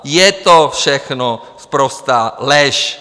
Je to všechno sprostá lež!